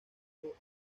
pronto